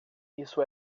isso